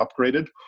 upgraded